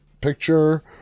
picture